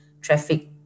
traffic